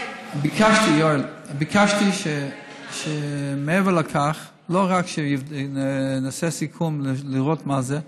ביקשתי שמעבר לכך, לא רק שנעשה סיכום לראות מה זה,